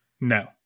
No